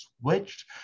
switched